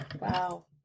Wow